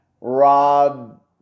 Rob